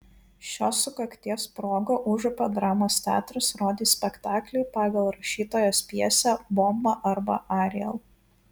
šios sukakties proga užupio dramos teatras rodys spektaklį pagal rašytojos pjesę bomba arba ariel